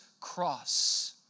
cross